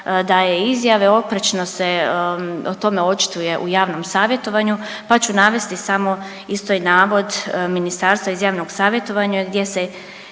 daje izjave. Oprečno se o tome očituje u javnom savjetovanju, pa ću navesti samo isto i navod ministarstva iz javnog savjetovanja gdje se